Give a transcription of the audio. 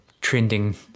trending